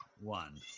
one